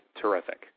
terrific